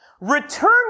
Return